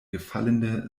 gefallene